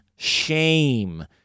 shame